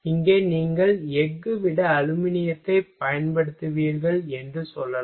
இங்கே நீங்கள் எஃகு விட அலுமினியத்தைப் பயன்படுத்துவீர்கள் என்று சொல்லலாம்